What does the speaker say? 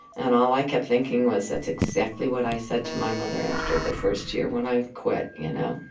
and all i kept thinking was that's exactly what i said to my mother after the first year when i quit, you know?